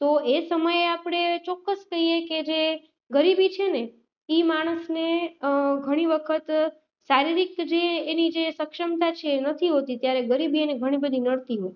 તો એ સમયે આપણે ચોક્કસ કહીએ કે જે ગરીબી છે ને એ માણસને ઘણી વખત શારીરિક જે એની જે સક્ષમતા છે નથી હોતી ત્યારે ગરીબી એને ઘણી બધી નડતી હોય